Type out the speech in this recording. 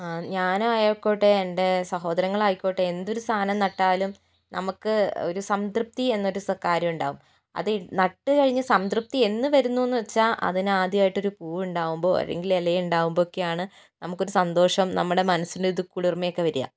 ഞാനായിക്കോട്ടെ എൻ്റെ സഹോദരങ്ങളായിക്കോട്ടെ എന്തൊരു സാധനം നട്ടാലും നമുക്ക് ഒരു സംതൃപ്തി എന്നൊരു കാര്യമുണ്ടാവും അത് നട്ടു കഴിഞ്ഞു സംതൃപ്തി എന്നു വരുന്നുവെന്ന് വച്ചാൽ അതിൽനിന്നു അദ്യമായിട്ടൊരു പൂവുണ്ടാവുമ്പോൾ അല്ലെങ്കിൽ ഇല ഉണ്ടാവുമ്പോഴോക്കെയാണ് നമുക്കൊരു സന്തോഷം നമ്മുടെ മനസ്സിനൊരു കുളിർമയൊക്കെ വരുക